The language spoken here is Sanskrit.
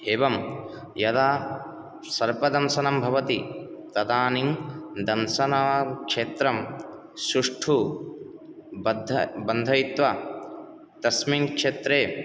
एवं यदा सर्पदंशनं भवति तदानीं दंशनक्षेत्रं सुष्ठु बद्ध बन्धयित्वा तस्मिन् क्षेत्रे